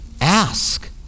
ask